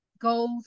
goals